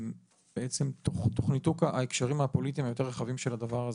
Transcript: בעצם תוך ניתוק ההקשרים הפוליטיים היותר רחבים של הדבר הזה.